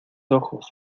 ojos